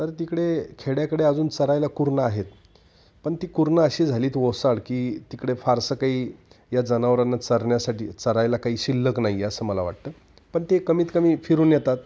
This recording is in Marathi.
तर तिकडे खेड्याकडे अजून चरायला कुरण आहेत पण ती कुरण अशी झाली आहेत ओसाड की तिकडे फारसं काही या जनावरांना चरण्यासाठी चरायला काही शिल्लक नाही आहे असं मला वाटतं पण ते कमीत कमी फिरून येतात